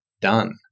done